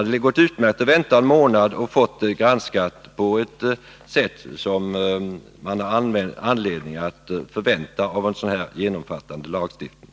Det hade gått utmärkt att vänta en månad, så att man fått en sådan granskning som man har anledning att förvänta sig när det gäller en så genomgripande lagstiftning.